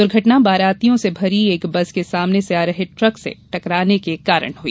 दुर्घटना बारातियों से भरी एक बस की सामने से आ रहे ट्रक से टकराने के कारण घटित हुई